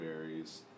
Berries